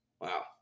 Wow